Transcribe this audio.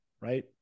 right